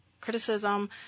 criticism